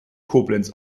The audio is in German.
koblenz